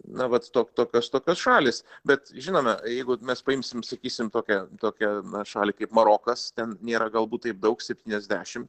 na vat to tokios tokios šalys bet žinome jeigu mes paimsim sakysim tokią tokią na šalį kaip marokas ten nėra galbūt taip daug septyniasdešim